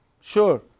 Sure